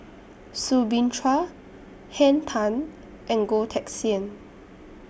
Soo Bin Chua Henn Tan and Goh Teck Sian